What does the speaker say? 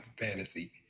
fantasy